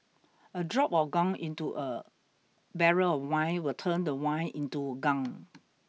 a drop of gunk into a barrel of wine will turn the wine into gunk